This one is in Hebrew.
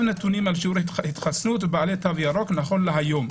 נתונים על שיעורי התחסנות ובעלי תו ירוק נכון להיום.